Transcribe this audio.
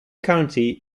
county